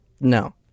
No